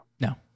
No